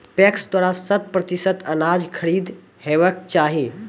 PACS द्वारा शत प्रतिसत अनाज खरीद हेवाक चाही?